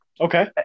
Okay